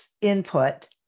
input